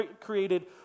created